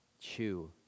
chew